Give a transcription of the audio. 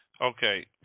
Okay